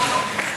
הבור לא מונגש.